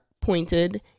pointed